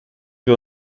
wir